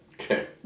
Okay